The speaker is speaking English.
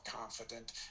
confident